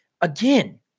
again